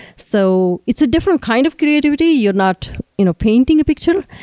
so it's a different kind of creativity. you're not you know painting a picture,